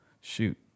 Shoot